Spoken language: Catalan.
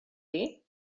dir